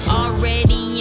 already